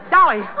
Dolly